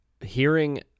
hearing